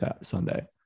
Sunday